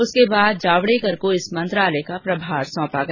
उसके बाद जावडेकर को इस मंत्रालय का प्रभार सौंपा गया